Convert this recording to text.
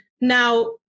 Now